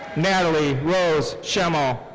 natalie rose schemmel.